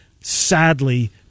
sadly